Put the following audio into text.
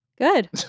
Good